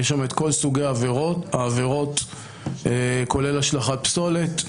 יש שם את כול סוגי העבירות כולל השלכת פסולת.